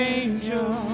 angel